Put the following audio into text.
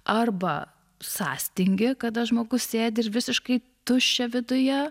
arba sąstingį kada žmogus sėdi ir visiškai tuščia viduje